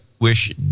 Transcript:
wish